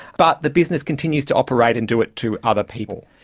but the business continues to operate and do it to other people.